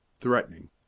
threatening